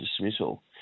dismissal